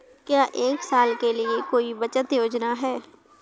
क्या एक साल के लिए कोई बचत योजना है?